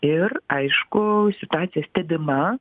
ir aišku situacija stebima